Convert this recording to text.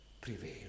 prevail